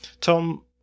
Tom